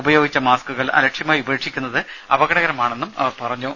ഉപയോഗിച്ച മാസ്ക്കുകൾ അലക്ഷ്യമായി ഉപേക്ഷിക്കുന്നത് അപകടകരമാണെന്നും അവർ പറഞ്ഞു